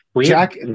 Jack